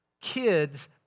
kids